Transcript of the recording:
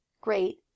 Great